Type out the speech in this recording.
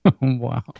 Wow